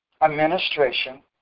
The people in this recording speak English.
administration